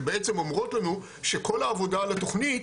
שבעצם אומרות לנו שכל העבודה על התוכנית